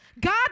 God